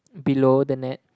below the net